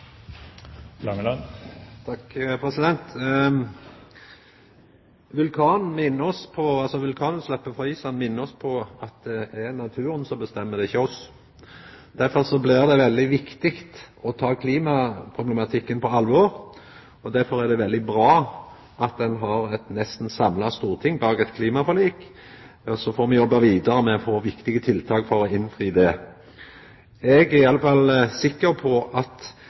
naturen som bestemmer, det er ikkje oss. Derfor blir det veldig viktig å ta klimaproblematikken på alvor, og derfor er det veldig bra at det er eit nesten samla storting bak eit klimaforlik. Så får me jobba vidare med å få viktige tiltak for å innfri det. Eg er iallfall sikker på at